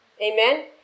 Amen